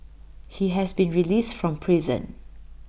he has been released from prison